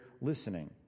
listening